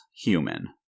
human